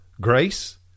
Grace